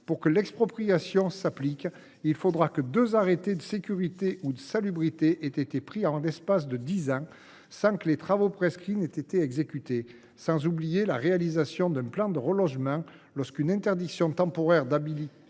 Pour que l’expropriation s’applique, il faudra désormais que deux arrêtés de sécurité ou de salubrité aient été pris en l’espace de dix ans sans que les travaux prescrits aient été exécutés. N’oublions pas non plus la réalisation d’un plan de relogement lorsqu’une interdiction temporaire d’habiter